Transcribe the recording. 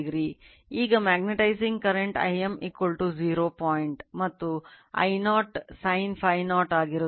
ಈಗ magnetize current I m 0 point ಮತ್ತು I0 sin Φ 0 ಆಗಿರುತ್ತದೆ